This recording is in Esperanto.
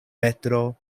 petro